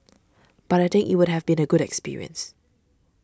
but I think it would have been a good experience